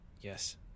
Yes